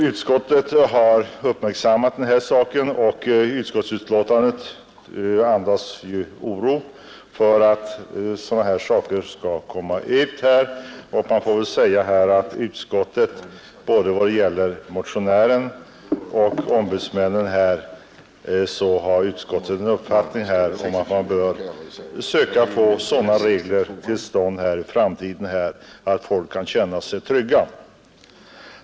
Utskottet har uppmärksammat saken, och dess betänkande andas oro för att sådana här uppgifter skall komma ut. Man får väl också säga att utskottet i anledning av både motionen och skrivelsen från ombudsmännen kommit till den uppfattningen att man bör söka få sådana regler till stånd i framtiden att folk kan känna sig trygga.